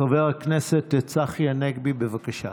חבר הכנסת צחי הנגבי, בבקשה.